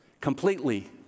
completely